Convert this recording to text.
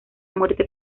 muerte